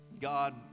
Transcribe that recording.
God